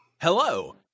Hello